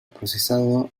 procesado